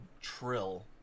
trill